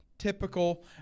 typical